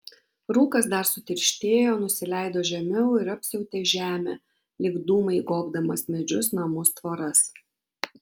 rūkas dar sutirštėjo nusileido žemiau ir apsiautė žemę lyg dūmai gobdamas medžius namus tvoras